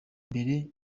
mbere